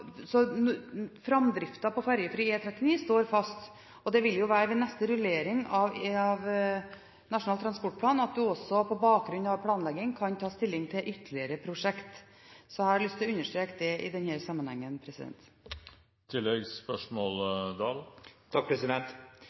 på ferjefri E39 står fast. Ved neste rullering av Nasjonal transportplan kan en, på bakgrunn av planlegging, også ta stilling til ytterligere prosjekter. Jeg har lyst til å understreke det i